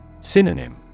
synonym